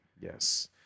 Yes